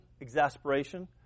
exasperation